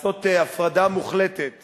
לעשות הפרדה מוחלטת